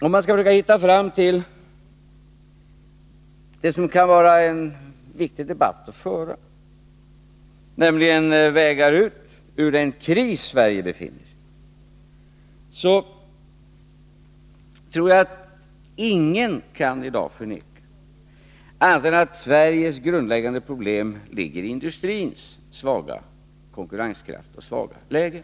För att försöka hitta fram till den viktiga debatten om vägar ut ur den kris Sverige befinner sig i vill jag säga att ingen i dag kan förneka att Sveriges grundläggade problem ligger i industrins svaga konkurrenskraft och svaga läge.